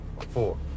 four